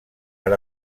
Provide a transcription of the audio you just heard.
per